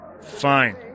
Fine